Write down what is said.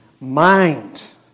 mind